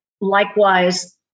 Likewise